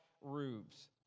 roofs